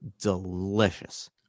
delicious